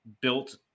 built